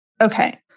Okay